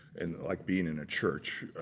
and like being in a church,